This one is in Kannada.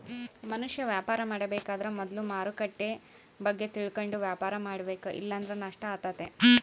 ಮನುಷ್ಯ ವ್ಯಾಪಾರ ಮಾಡಬೇಕಾದ್ರ ಮೊದ್ಲು ಮಾರುಕಟ್ಟೆ ಬಗ್ಗೆ ತಿಳಕಂಡು ವ್ಯಾಪಾರ ಮಾಡಬೇಕ ಇಲ್ಲಂದ್ರ ನಷ್ಟ ಆತತೆ